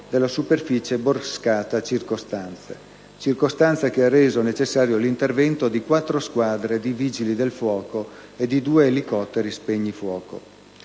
della superficie boscata circostante, circostanza che ha reso necessario l'intervento di quattro squadre di Vigili del fuoco e di due elicotteri spegnifuoco.